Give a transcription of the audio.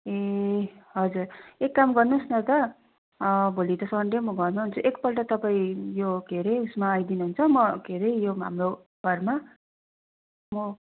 ए हजुर एक काम गर्नुहोस् न त भोलि त सन्डे हो म घरमै हुन्छु एकपल्ट तपाईँ यो के अरे ऊ यसमा आइदिनुहुन्छ म यो के अरे हाम्रो घरमा म